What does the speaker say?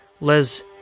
Les